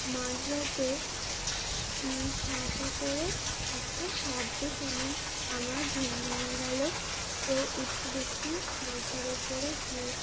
মাঝরাতে সাাসা করে একটা শব্দ শোনা আমার ঘুম ভেঙে গেলো তো উঠে দেখি মাথার ওপরে ঘুর